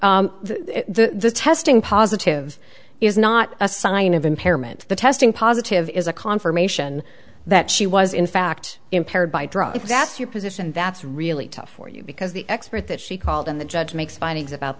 the testing positive is not a sign of impairment the testing positive is a confirmation that she was in fact impaired by drugs ask your position that's really tough for you because the expert that she called and the judge makes findings about